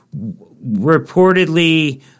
reportedly